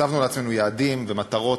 הצבנו לעצמנו יעדים ומטרות,